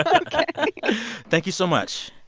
ok thank you so much.